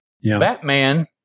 Batman